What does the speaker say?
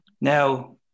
Now